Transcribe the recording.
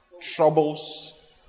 troubles